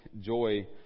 joy